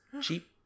cheap